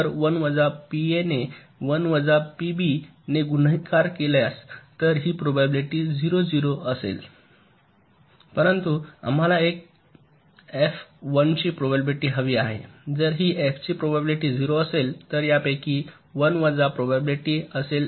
तर 1 वजा पीए ने 1 वजा पीबी ने गुणाकारले तर ही प्रोबॅबिलिटी 0 0 असेल परंतु आम्हाला एफ 1 ची प्रोबॅबिलिटी हवी आहे जर ही f ची प्रोबॅबिलिटी 0 असेल तर यापैकी 1 वजा प्रोबॅबिलिटी असेल